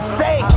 say